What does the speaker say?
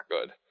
good